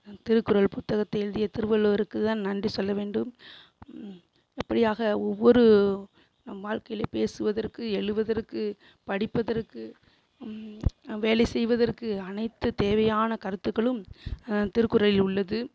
நான் திருக்குறள் புத்தகத்தை எழுதிய திருவள்ளுவருக்கு தான் நன்றி சொல்ல வேண்டும் அப்படியாக ஒவ்வொரு நம் வாழ்க்கையிலே பேசுவதற்கு எழுவதற்கு படிப்பதற்கு வேலை செய்வதற்கு அனைத்துத் தேவையான கருத்துக்களும் திருக்குறளில் உள்ளது